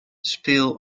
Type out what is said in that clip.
speel